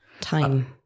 time